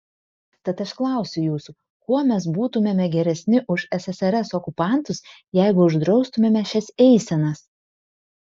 tad aš klausiu jūsų kuo mes būtumėme geresni už ssrs okupantus jeigu uždraustumėme šias eisenas